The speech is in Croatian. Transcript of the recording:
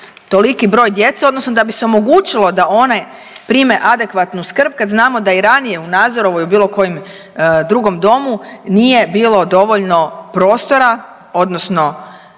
toliki broj djece odnosno da bi se omogućilo da one prime adekvatnu skrb kad znamo da i ranije u Nazorovoj ili bilo kojem drugom domu nije bilo dovoljno prostora odnosno